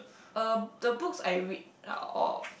uh the books I read out of